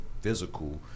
physical